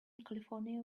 california